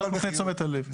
אני רק מפנה את תשומת הלב.